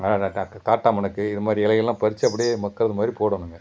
காட்டாமணக்கு இது மாதிரி இலையெல்லாம் பறித்து அப்படியே மக்கிறது மாதிரி போடணும்ங்க